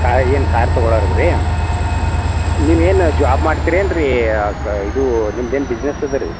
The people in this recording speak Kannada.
ಕಾರ್ ಏನು ಕಾರ್ ತೊಗೊಳೋರ್ ಇದ್ದೀರಿ ನೀವು ಏನು ಜಾಬ್ ಮಾಡ್ತೀರೇನು ರೀ ಕಾ ಇದು ನಿಮ್ದೇನು ಬಿಸ್ನೆಸ್ ಇದೆ ರೀ